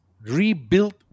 rebuilt